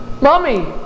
Mommy